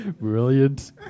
Brilliant